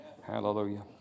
Hallelujah